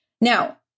Now